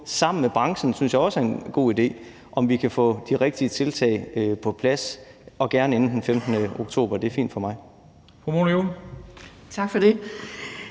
sammen med branchen – det synes jeg også er en god idé – får kigget på, om vi kan få de rigtige tiltag på plads og gerne inden den 15. oktober. Det er fint for mig.